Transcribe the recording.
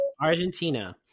Argentina